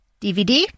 DVD